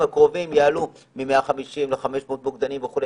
הקרובים יעלו מ-150 ל-500 מוקדנים וכו',